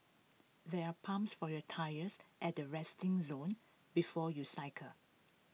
there are pumps for your tyres at the resting zone before you cycle